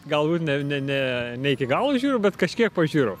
galbūt ne ne ne ne iki galo žiūriu bet kažkiek pažiūrau